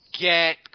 get